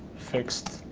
fixed